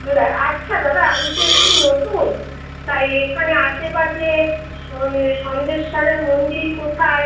দাদা আচ্ছা দাদা আমি তো এখানে নতুন তাই এখানে আশেপাশে সম্বলেশ্বরীর মন্দির কোথায়